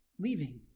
leaving